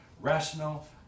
rational